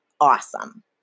awesome